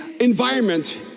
environment